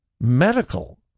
medical